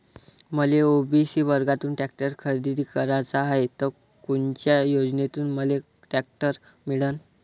मले ओ.बी.सी वर्गातून टॅक्टर खरेदी कराचा हाये त कोनच्या योजनेतून मले टॅक्टर मिळन?